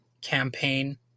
campaign